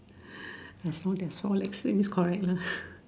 there's more than four legs that means correct lah